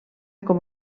com